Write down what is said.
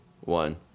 one